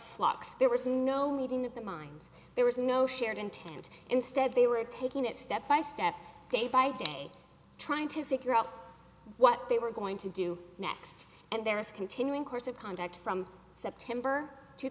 flux there was no need in the mines there was no shared intent instead they were taking it step by step day by day trying to figure out what they were going to do next and there is continuing course of conduct from september two